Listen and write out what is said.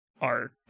arc